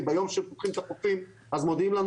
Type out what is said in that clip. כי ביום שפותחים את החופים אז מודיעים לנו